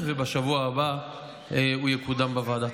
ובשבוע הבא הוא יקודם בוועדה.